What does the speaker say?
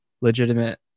legitimate